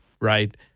right